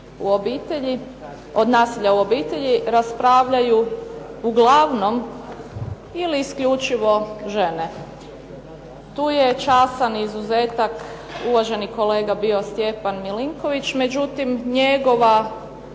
od nasilja u obitelji raspravljaju uglavnom ili isključivo žene. Tu je časan izuzetak bio uvaženi kolega Milinković, međutim, njegov